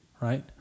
right